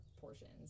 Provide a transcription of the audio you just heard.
portions